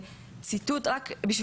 זאת אומרת החוויה היא מאוד אמיתית,